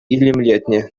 илемлетнӗ